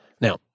Now